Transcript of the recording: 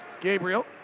Gabriel